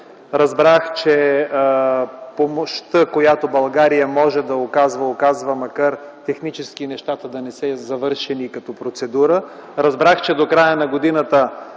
Разбрах, че помощта, която България може да оказва, я оказва, макар технически нещата да не са завършени като процедура. Разбрах, че до края на годината